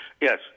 Yes